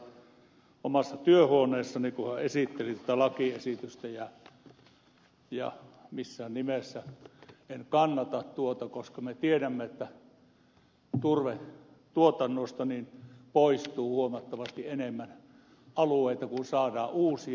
tiusasen puheenvuoroa tuolla omassa työhuoneessani kun hän esitteli tätä lakiesitystä ja missään nimessä en kannata tuota koska me tiedämme että turvetuotannosta poistuu huomattavasti enemmän alueita kuin saadaan uusia